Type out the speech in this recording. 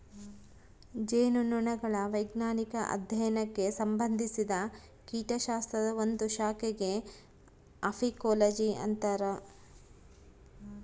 ಜೇನುನೊಣಗಳ ವೈಜ್ಞಾನಿಕ ಅಧ್ಯಯನಕ್ಕೆ ಸಂಭಂದಿಸಿದ ಕೀಟಶಾಸ್ತ್ರದ ಒಂದು ಶಾಖೆಗೆ ಅಫೀಕೋಲಜಿ ಅಂತರ